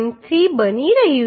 3 બની રહ્યું છે